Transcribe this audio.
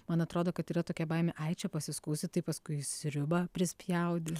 man atrodo kad yra tokia baimė ai čia pasiskųsi tai paskui į sriubą prispjaudys